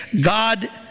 God